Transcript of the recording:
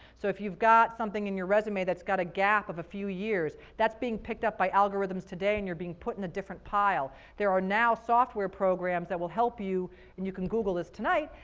so if you've got something in your resume that's got a gap of a few years, that's being picked up by algorithms today, and you're being put in a different pile. there are now software programs that will help you, and you can google this tonight,